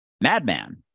madman